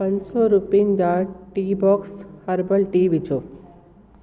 पंज सौ रुपियनि जा टीबॉक्स हर्बल टी विझो